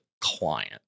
client